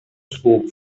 spoke